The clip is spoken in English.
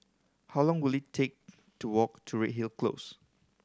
how long will it take to walk to Redhill Close